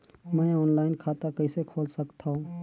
मैं ऑनलाइन खाता कइसे खोल सकथव?